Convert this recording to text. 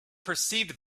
perceived